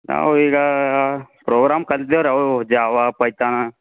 ನಾವು ಈಗ ಪ್ರೋಗ್ರಾಮ್ ಕಲ್ತೀವ್ರಿ ಅವು ಜಾವಾ ಪೈತಾನ